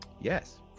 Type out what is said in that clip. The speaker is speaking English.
Yes